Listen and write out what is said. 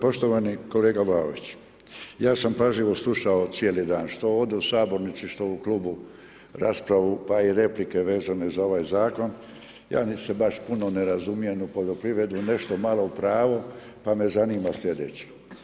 Poštovani kolega Vlaović, ja sam pažljivo slušao cijeli dan, što ovdje u Sabornici, što u klubu raspravu pa i replike vezane za ovaj zakon, ja niti se baš puno ne razumijem u poljoprivredu, nešto malo u pravo, pa me zanima sljedeće.